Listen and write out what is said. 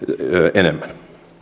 enemmän